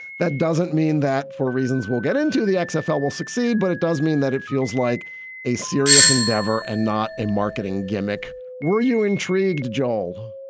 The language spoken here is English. that doesn't mean that for reasons we'll get into the xfl, ah we'll succeed. but it does mean that it feels like a serious endeavor and not a marketing gimmick were you intrigued, joel?